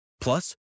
Plus